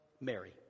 Mary